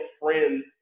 friends